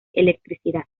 electricidad